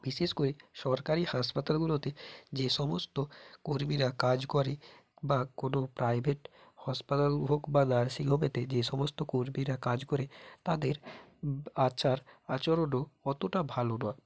বিশেষ করে সরকারি হাসপাতালগুলোতে যে সমস্ত কর্মীরা কাজ করে বা কোনো প্রাইভেট হাসপাতাল হোক বা নার্সিংহোমেতে যে সমস্ত কর্মীরা কাজ করে তাদের আচার আচরণও অতটা ভালো না